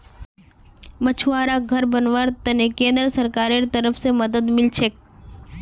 मछुवाराक घर बनव्वार त न केंद्र सरकारेर तरफ स मदद मिल छेक